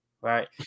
right